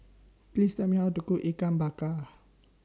Please Tell Me How to Cook Ikan Bakar